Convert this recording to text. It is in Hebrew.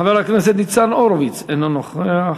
חבר הכנסת ניצן הורוביץ, אינו נוכח,